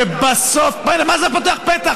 שבסוף, זה פותח פתח.